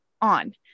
on